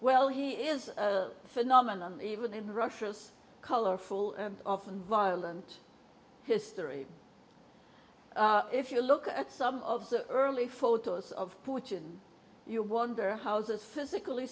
well he is a phenomenon even in russia's colorful and often violent history if you look at some of the early photos of fortune you wonder house is physically